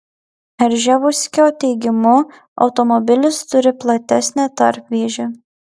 rževuskio teigimu automobilis turi platesnę tarpvėžę